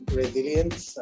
resilience